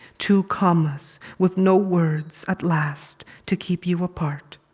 two commas with no words at last to keep you apart.